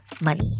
money